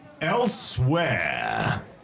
elsewhere